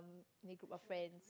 main group of friend